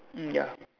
mm ya